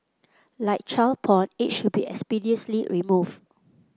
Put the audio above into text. like child porn it should be expeditiously remove